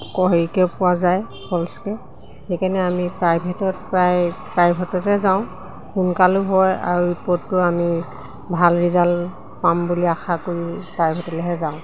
আকৌ হেৰিকৈ পোৱা যায় ফলচকৈ সেইকাৰণে আমি প্ৰাইভেটত প্ৰায় প্ৰাইভেটতে যাওঁ সোনকালেও হয় আৰু ৰিপৰ্টটো আমি ভাল ৰিজাল্ট পাম বুলি আশা কৰি প্ৰাইভেটলৈহে যাওঁ